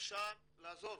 אפשר לעזור.